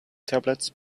tablets